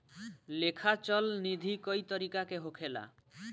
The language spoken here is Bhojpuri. लेखा चल निधी कई तरीका के होखेला